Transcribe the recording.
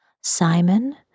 Simon